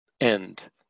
end